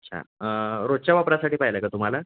अच्छा रोजच्या वापरासाठी पाहिल का तुम्हाला